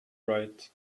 right